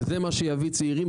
זה מה שיביא צעירים,